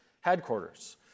headquarters